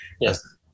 Yes